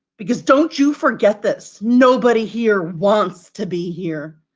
because don't you forget this, nobody here wants to be here.